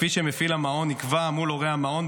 כפי שמפעיל המעון יקבע מול הורי המעון,